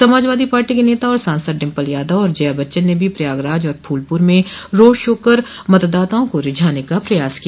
Samajwadi Party की नेता और सांसद डिम्पल यादव और जया बच्चन ने भी प्रयागराज और फूलपुर में रोड शो कर मतदाताओं को रिझाने का प्रयास किया